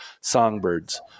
songbirds